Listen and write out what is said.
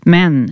Men